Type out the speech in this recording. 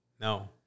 No